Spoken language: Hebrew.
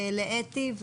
לאתי,